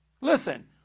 Listen